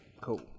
Cool